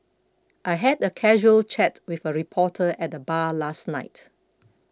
I had a casual chat with a reporter at the bar last night